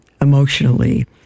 emotionally